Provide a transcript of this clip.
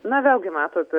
na vėlgi matot